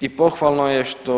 I pohvalno je što